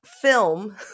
film